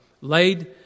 laid